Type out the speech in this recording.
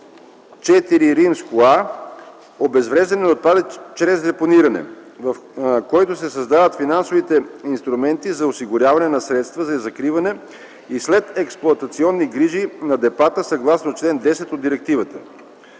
ІVа „Обезвреждане на отпадъци чрез депониране”, в който се създават финансовите инструменти за осигуряване на средства за закриване и следексплоатационни грижи на депата съгласно чл. 10 от Директивата.